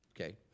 Okay